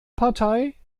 partei